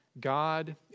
God